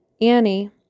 Annie